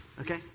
Okay